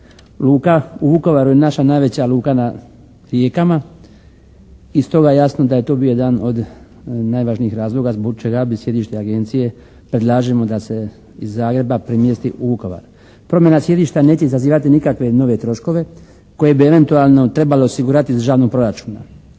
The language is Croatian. Luka u Vukovaru je naša najveća luka na rijekama i stoga jasno da je to bio jedan od najvažnijih razloga, … /Ne razumije se./ … sjedište agencije, predlažemo da se iz Zagreba premjesti u Vukovar. Promjena sjedišta neće izazivat nikakve nove troškove koji bi eventualno trebalo osigurati iz državnog proračuna.